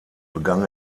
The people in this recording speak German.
begann